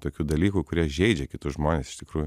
tokių dalykų kurie žeidžia kitus žmones iš tikrųjų